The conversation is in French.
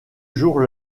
jour